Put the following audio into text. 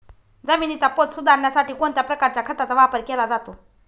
जमिनीचा पोत सुधारण्यासाठी कोणत्या प्रकारच्या खताचा वापर केला जातो?